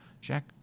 Jack